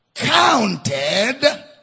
counted